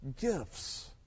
Gifts